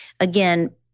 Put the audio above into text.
Again